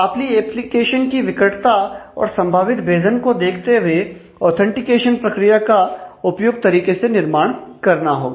आपकी एप्लीकेशन की विकटता और संभावित भेदन को देखते हुए ऑथेंटिकेशन प्रक्रिया का उपयुक्त तरीके से निर्माण करना होगा